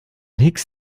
higgs